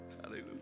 Hallelujah